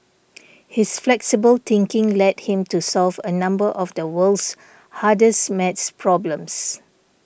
his flexible thinking led him to solve a number of the world's hardest math problems